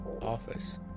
office